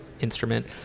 instrument